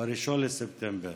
ב-1 בספטמבר.